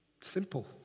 Simple